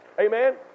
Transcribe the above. Amen